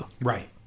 Right